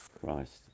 Christ